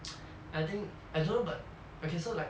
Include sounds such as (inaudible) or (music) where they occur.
(noise) I think I don't know but okay so like